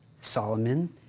Solomon